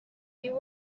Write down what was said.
you